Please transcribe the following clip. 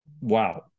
wow